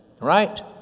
Right